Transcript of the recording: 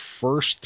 first